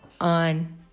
on